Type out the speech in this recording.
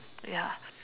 ya